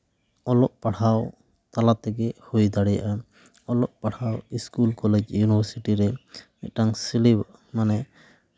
ᱚᱞᱚᱜ ᱯᱟᱲᱦᱟᱣ ᱛᱟᱞᱟ ᱛᱮᱜᱮ ᱦᱳᱭ ᱫᱟᱲᱮᱭᱟᱜᱼᱟ ᱚᱞᱚᱜ ᱯᱟᱲᱦᱟᱜ ᱤᱥᱠᱩᱞ ᱠᱚᱞᱮᱡᱽ ᱤᱭᱩᱱᱤᱵᱷᱟᱨᱥᱤᱴᱤ ᱨᱮ ᱢᱤᱫᱴᱟᱝ ᱥᱤᱞᱮ ᱢᱟᱱᱮ